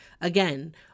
again